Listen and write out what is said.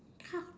!huh!